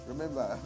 Remember